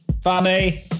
funny